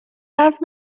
حرف